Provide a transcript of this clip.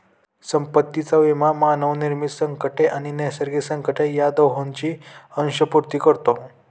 संपत्तीचा विमा मानवनिर्मित संकटे आणि नैसर्गिक संकटे या दोहोंची अंशपूर्ती करतो